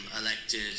elected